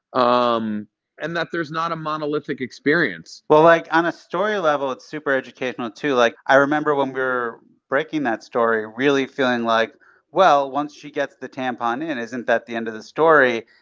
um and that there's not a monolithic experience well, like, on a story level, it's super educational, too. like, i remember when we were breaking that story, really feeling like well, once she gets the tampon in, isn't that the end of the story?